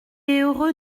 heureux